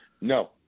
No